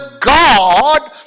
God